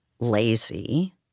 lazy